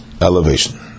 elevation